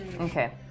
okay